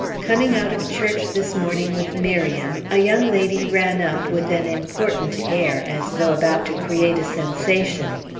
coming out of church this morning with miriam, a young lady ran up with an important air, as though about to create a sensation.